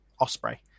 Osprey